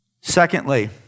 Secondly